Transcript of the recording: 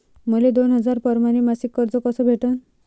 मले दोन हजार परमाने मासिक कर्ज कस भेटन?